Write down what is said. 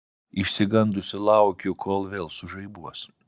išsigandusi laukiu kol vėl sužaibuos